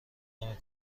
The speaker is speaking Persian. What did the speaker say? نمی